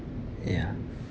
ya